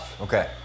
okay